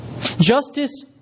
Justice